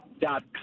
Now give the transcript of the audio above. dot